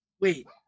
Wait